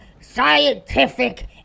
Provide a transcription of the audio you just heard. scientific